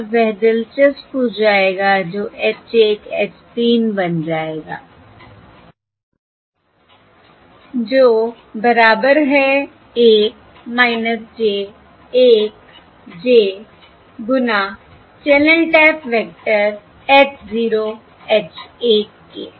और वह दिलचस्प हो जाएगा जो H 1 H 3 बन जाएगा जो बराबर है 1 j 1 j गुना channel tap vector h 0 h 1 के